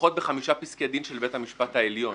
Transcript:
שלפחות בחמישה פסקי דין של בית המשפט העליון